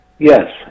Yes